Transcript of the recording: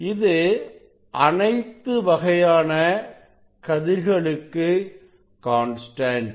இது அனைத்து வகையான கதிர்களுக்கு கான்ஸ்டன்ட்